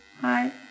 Hi